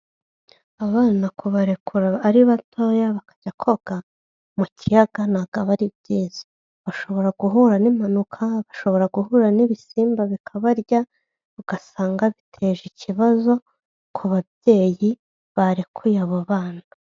Abana kubarekura ari batoya bakajya koga mu kiyaga ntabwo aba ari byiza, bashobora guhura n'impanuka, bashobora guhura n'ibisimba bikabarya, ugasanga biteje ikibazo ku babyeyi barekuye abo bana.